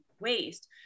waste